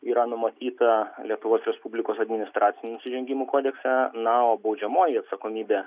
yra numatyta lietuvos respublikos administracinių nusižengimų kodekse na o baudžiamoji atsakomybė